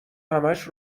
همش